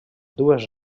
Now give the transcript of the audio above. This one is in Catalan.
dues